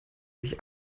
sich